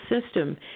system